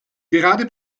gerade